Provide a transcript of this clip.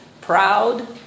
proud